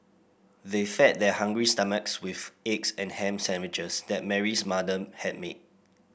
they fed their hungry stomachs with eggs and ham sandwiches that Mary's mother had made